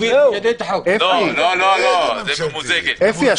לא היא ממוזגת.